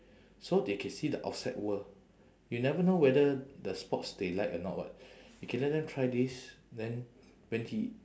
so they can see the outside world you never know whether the sports they like or not [what] you can let them try this then when he